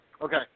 Okay